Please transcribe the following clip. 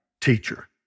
teacher